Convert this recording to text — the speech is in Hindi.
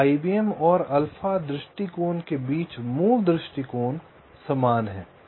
तो IBM और अल्फा दृष्टिकोण के बीच मूल दृष्टिकोण समान हैं